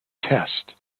test